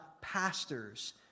pastors